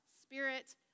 spirit